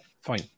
fine